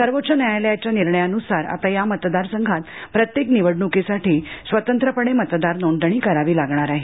सर्वोच्च न्यायालयाच्या निर्णयानुसार आता या मतदार संघात प्रत्येक निवडणुकीसाठी स्वतंत्रपणे मतदार नोंदणी करावी लागणार आहे